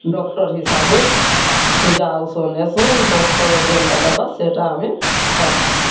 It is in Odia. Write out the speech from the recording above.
ଡ଼କ୍ଟର ହିସାବେ ସୁଜା ଉଷୋ ନେସୁଁ ଡ଼କ୍ଟର ଯେନଟା ଦେବା ସେଟା ଆମେ ଖାଏସୁଁ